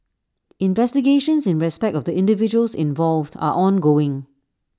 investigations in respect of the individuals involved are ongoing